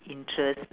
interest